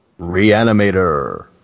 Reanimator